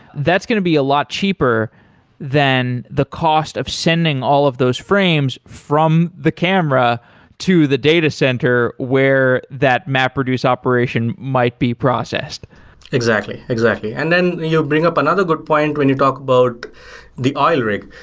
that's going to be a lot cheaper than the cost of sending all of those frames from the camera to the data center, where that mapreduce operation might be processed exactly, exactly. and then you bring up another good point when you talk about the oil rig,